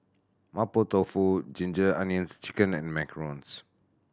Mapo Tofu Ginger Onions Chicken and macarons